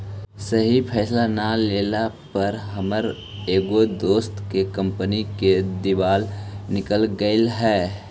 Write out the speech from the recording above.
सही फैसला न लेला पर हमर एगो दोस्त के कंपनी के दिवाला निकल गेलई हल